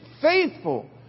faithful